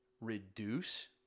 reduce